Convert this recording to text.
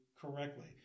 correctly